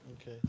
Okay